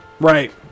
Right